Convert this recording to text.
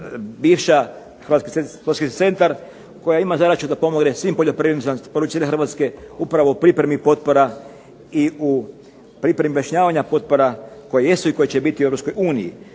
bivša Hrvatski ... centar koja ima zadaću da pomogne svim poljoprivrednicima na području Hrvatske upravo u pripremi potpora i u pripremi objašnjavanja potpora koje jesu i koje će biti u Europskoj uniji.